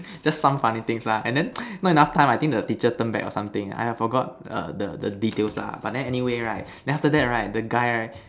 just some funny things lah and then not enough time ah I think the teacher turn back or something !aiya! I forgot the the details [lah]ø but then anyway right then after that right the guy right